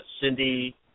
Cindy